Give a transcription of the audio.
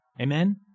Amen